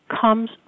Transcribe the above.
comes